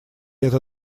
это